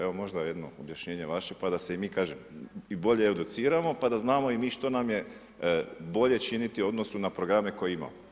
Evo, možda jedno objašnjenje vaše, pa da se i mi kažem, i bolje educiramo pa da znamo i mi što nam je bolje činiti u odnosu na programe koje imamo.